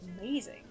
amazing